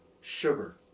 sugar